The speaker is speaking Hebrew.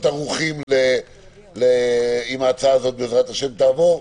ערוכים אם ההצעה הזאת בעזרת השם תעבור.